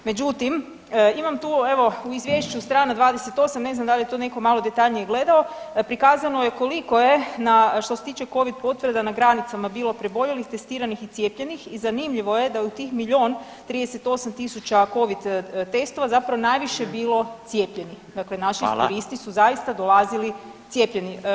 Međutim, imam tu evo, u Izvješću, str. 28, ne znam da li je to netko detaljnije gledao, prikazano je koliko je, na, što se tiče Covid potvrda na granicama bilo preboljelih, testiranih i cijepljenih i zanimljivo je da je u tih 1 038 000 Covid testova zapravo najviše bilo cijepljenih, dakle naši turisti [[Upadica: Hvala.]] su zaista dolazili cijepljeni.